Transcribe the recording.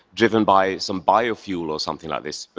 driven by some biofuel or something like this. but,